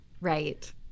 Right